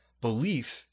belief